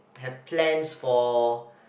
have plans for